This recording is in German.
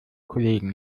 kollegen